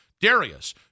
Darius